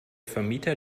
vermieter